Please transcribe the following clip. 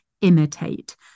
imitate